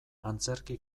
antzerki